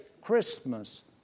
Christmas